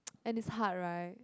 and it's hard right